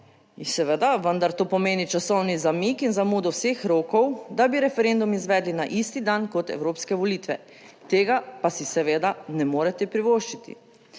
In seveda, vendar to pomeni časovni zamik in zamudo vseh rokov, da bi referendum izvedli na isti dan kot evropske volitve. Tega pa si seveda ne morete privoščiti.